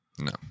No